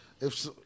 if-